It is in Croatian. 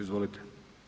Izvolite.